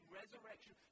resurrection